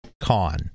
Con